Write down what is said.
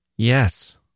Yes